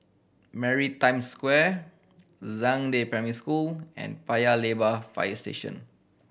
Maritime Square Zhangde Primary School and Paya Lebar Fire Station